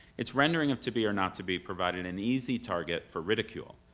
its rendering of to be or not to be provided an easy target for ridicule.